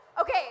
okay